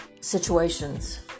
situations